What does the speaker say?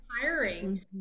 tiring